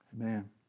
Amen